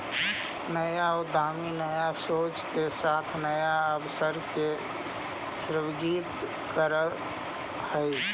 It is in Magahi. नया उद्यमी नया सोच के साथ नया अवसर के सृजित करऽ हई